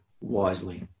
wisely